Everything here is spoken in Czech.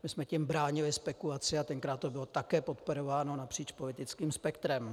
My jsme tím bránili spekulaci a tenkrát to bylo také podporováno napříč politickým spektrem.